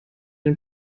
den